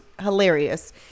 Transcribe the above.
hilarious